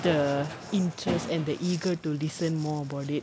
the interest and the eager to listen more about it